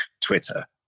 twitter